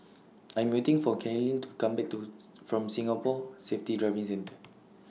I Am waiting For Kaylyn to Come Back to from Singapore Safety Driving Centre